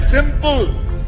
Simple